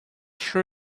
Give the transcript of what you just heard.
sure